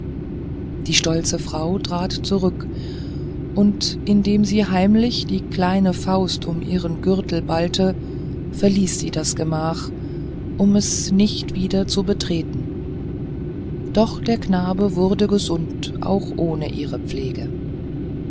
die stolze frau trat zurück und indem sie heimlich die kleine faust um ihren gürtel ballte verließ sie das gemach um es nicht wieder zu betreten doch der knabe wurde gesund auch ohne ihre pflege